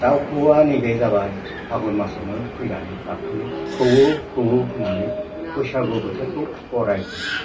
दाउ खौवौआ नैबे जाबाय फागुन मासावनो फैनानै गाबफैयो खौवौ खौवौ होननानै बैसागु बोथोरखौ बरायफैयो